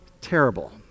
terrible